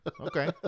Okay